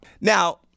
Now